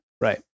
Right